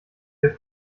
wir